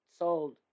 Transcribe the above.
sold